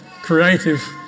creative